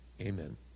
Amen